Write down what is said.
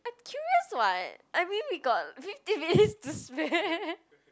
I curious [what] I mean we got fifty minutes to spare